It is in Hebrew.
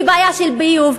היא בעיה של ביוב.